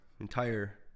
entire